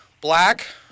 black